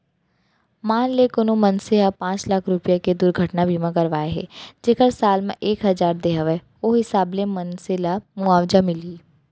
मान ले कोनो मनसे ह पॉंच लाख रूपया के दुरघटना बीमा करवाए हे जेकर साल म एक हजार दे हवय ओ हिसाब ले मनसे ल मुवाजा मिलही